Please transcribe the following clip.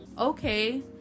okay